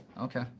Okay